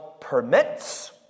permits